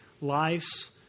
lives